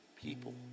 people